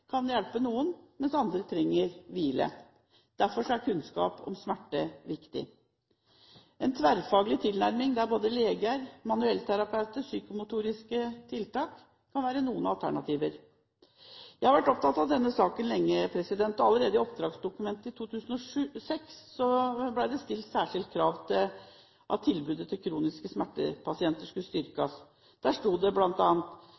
kan hjelpe noen, mens andre trenger hvile. Derfor er kunnskap om smerte viktig. En tverrfaglig tilnærming med både leger, manuellterapeuter og psykomotoriske tiltak kan være et alternativ. Jeg har vært opptatt av denne saken lenge. Allerede i oppdragsdokumentet i 2006 ble det stilt særskilt krav til at tilbudet til kroniske smertepasienter skulle